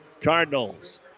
Cardinals